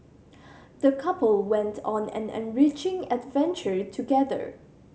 the couple went on an enriching adventure together